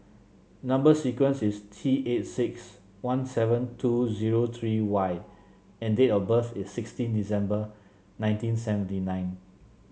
number sequence is T eight six one seven two zero three Y and date of birth is sixteen December nineteen seventy nine